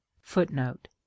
footnote